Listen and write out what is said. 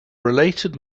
related